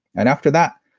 and after that,